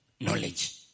knowledge